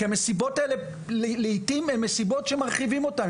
כי המסיבות האלה לעתים הן מסיבות שמרחיבים אותן,